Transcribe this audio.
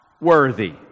worthy